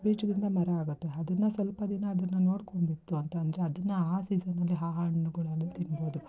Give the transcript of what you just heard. ಬೀಜದಿಂದ ಮರ ಆಗುತ್ತೆ ಅದನ್ನು ಸ್ವಲ್ಪ ದಿನ ಅದನ್ನು ನೋಡ್ಕೊಂಡು ಬಿಟ್ಟು ಅಂತ ಅಂದರೆ ಅದನ್ನು ಆ ಸೀಝನ್ ಅಲ್ಲಿ ಆ ಆ ಹಣ್ಣುಗಳನ್ನು ತಿನ್ಬೋದು